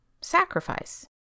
Sacrifice